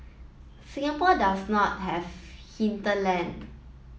Singapore does not have hinterland